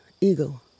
eagle